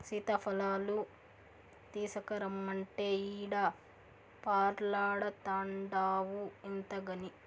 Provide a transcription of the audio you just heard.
సీతాఫలాలు తీసకరమ్మంటే ఈడ పొర్లాడతాన్డావు ఇంతగని